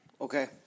Okay